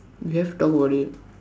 you have to talk about it